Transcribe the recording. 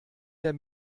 der